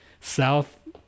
South